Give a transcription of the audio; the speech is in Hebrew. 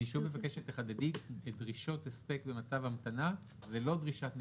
שוב מבקש שתחדדי את דרישות הספק במצב המתנה ולא דרישת נצילות.